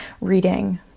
reading